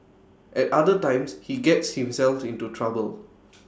at other times he gets himself into trouble